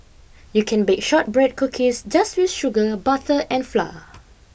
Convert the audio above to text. you can bake shortbread cookies just with sugar butter and flour